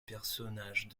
personnages